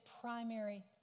primary